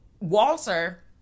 Walter